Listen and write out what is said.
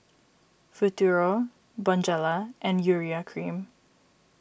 Futuro Bonjela and Urea Cream